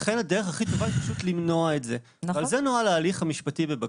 הדרך הכי טובה היא פשוט למנוע את זה,